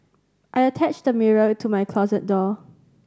I attached a mirror to my closet door